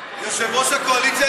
יושב-ראש הקואליציה,